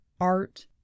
art